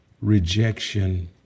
rejection